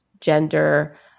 gender